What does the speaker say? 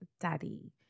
daddy